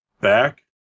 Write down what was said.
back